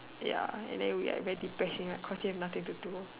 ya and then we are very depressing right cause you have nothing to do